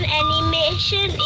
animation